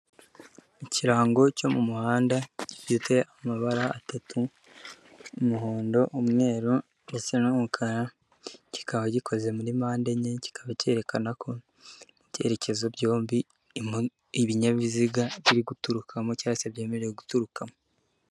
Ikirango cyo mu muhanda gifite amabara atatu umuhondo, umweru ndetse n'umukara kikaba gikoze muri mpande enye kikaba cyerekana ko ibyerekezo byombi ibinyabiziga biri guturukamo cyangwa byemerewe guturukamo.